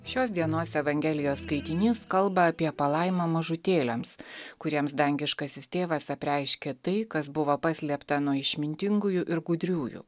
šios dienos evangelijos skaitinys kalba apie palaimą mažutėliams kuriems dangiškasis tėvas apreiškė tai kas buvo paslėpta nuo išmintingųjų ir gudriųjų